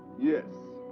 yes.